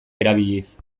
erabiliz